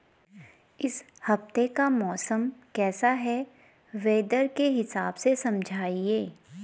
इस हफ्ते का मौसम कैसा है वेदर के हिसाब से समझाइए?